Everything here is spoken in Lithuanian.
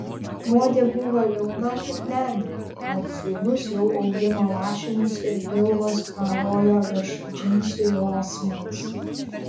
modė buvo liauna kaip nendrė bet sūnus jau augino lašinius ir pilvas karojo virš džinsų juosmens